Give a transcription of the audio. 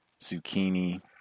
zucchini